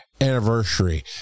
anniversary